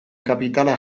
kapitala